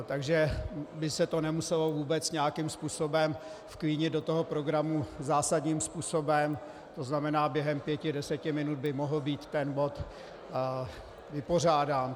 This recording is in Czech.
Takže by se to nemuselo vůbec nějakým způsobem vklínit do programu zásadním způsobem, to znamená, během pěti deseti minut by mohl být ten bod vypořádán.